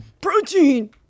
Protein